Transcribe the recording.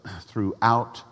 throughout